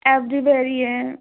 every भरी है